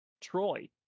Troy